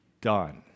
done